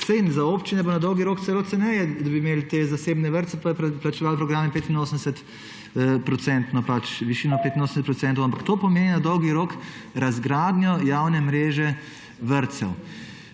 Saj za občine bo na dolgi rok celo ceneje, če bi imeli te zasebne vrtce, pa bi plačevali za programe 85-procentno višino. Ampak to pomeni na dolgi rok razgradnjo javne mreže vrtcev.